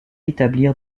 établir